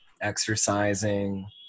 exercising